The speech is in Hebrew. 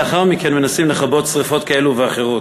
לאחר מכן מנסים לכבות שרפות כאלה ואחרות.